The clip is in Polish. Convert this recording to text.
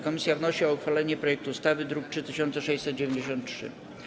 Komisja wnosi o uchwalenie projektu ustawy z druku nr 3693.